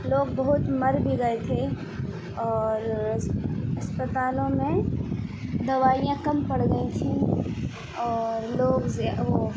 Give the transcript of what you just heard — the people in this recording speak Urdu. لوگ بہت مر بھی گئے تھے اور اسپتالوں میں دوائیاں کم پڑ گئیں تھیں اور لوگ وہ